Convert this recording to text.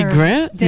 Grant